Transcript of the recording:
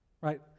right